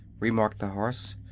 remarked the horse.